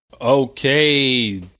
Okay